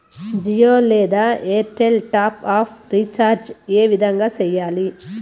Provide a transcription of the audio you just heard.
జియో లేదా Airtel top up recharge ఏ విధంగా సేయాలి